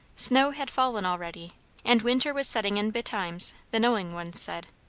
snow had fallen already and winter was setting in betimes, the knowing ones said.